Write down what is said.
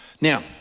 Now